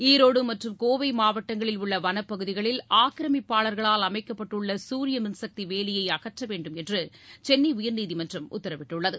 ஈரோடு மற்றும் கோவை மாவட்டங்களில் உள்ள வனப்பகுதிகளில் ஆக்கிரமிப்பாளர்களால் அமைக்கப்பட்டுள்ள சூரிய மின்சக்தி வேலியை அகற்றவேண்டும் என்று சென்னை உயர்நீதிமன்றம் உத்தரவிட்டுள்ளது